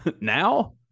Now